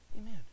Amen